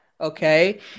Okay